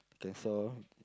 that saw